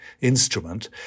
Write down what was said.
instrument